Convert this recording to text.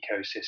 ecosystem